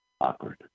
Awkward